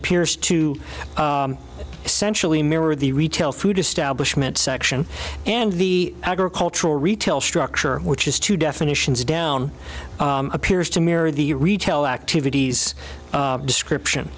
appears to essentially mirror the retail food establishment section and the agricultural retail structure which is two definitions down appears to mirror the retail activities description